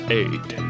eight